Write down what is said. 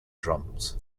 drums